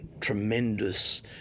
tremendous